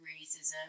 racism